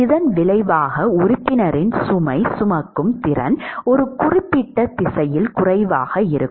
இதன் விளைவாக உறுப்பினரின் சுமை சுமக்கும் திறன் ஒரு குறிப்பிட்ட திசையில் குறைவாக இருக்கும்